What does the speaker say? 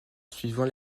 suivant